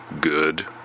good